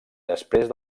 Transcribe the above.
després